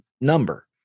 number